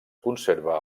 conserva